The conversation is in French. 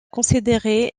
considérer